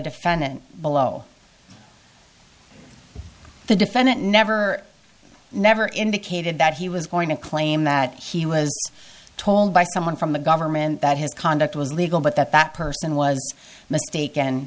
defendant below the defendant never never indicated that he was going to claim that he was told by someone from the government that his conduct was legal but that that person was